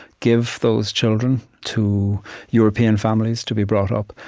give those children to european families to be brought up,